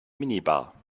minibar